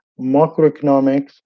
macroeconomics